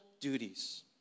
duties